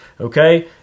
okay